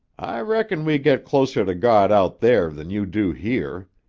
i reckon we get closer to god out there than you do here.